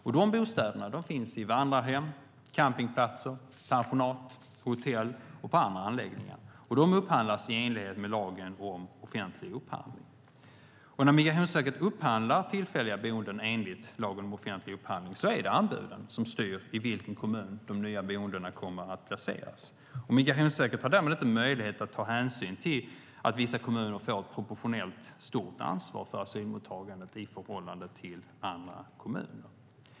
De bostäderna finns på vandrarhem, campingplatser, pensionat, hotell och andra anläggningar. De upphandlas i enlighet med lagen om offentlig upphandling. När Migrationsverket upphandlar tillfälliga boenden enligt lagen om offentlig upphandling är det anbuden som styr i vilken kommun de nya boendena kommer att placeras. Migrationsverket har därmed inte möjlighet att ta hänsyn till att vissa kommuner får ett proportionellt stort ansvar för asylmottagandet i förhållande till andra kommuner.